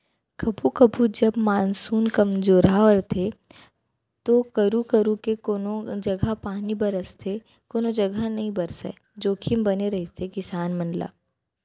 कभू कभू जब मानसून कमजोरहा रथे तो करू करू के कोनों जघा पानी बरसथे कोनो जघा नइ बरसय जोखिम बने रहिथे किसान मन ला